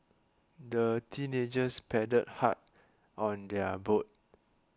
the teenagers paddled hard on their boat